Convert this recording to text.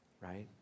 right